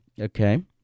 Okay